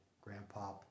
grandpa